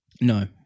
No